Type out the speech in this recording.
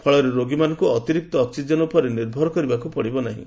ଫଳରେ ରୋଗୀମାନଙ୍କୁ ଅତିରିକ୍ତ ଅକ୍ୱିଜେନ୍ ଉପରେ ନିର୍ଭର କରିବାକୁ ପଡ଼ିବ ନାହିଁ